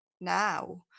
now